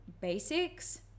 basics